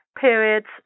periods